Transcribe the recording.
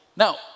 Now